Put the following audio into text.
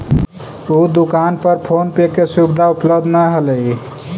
उ दोकान पर फोन पे के सुविधा उपलब्ध न हलई